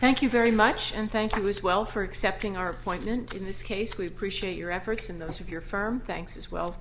thank you very much and thank you as well for accepting our appointment in this case we appreciate your efforts and those of your firm thanks as well